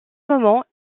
moment